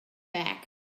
back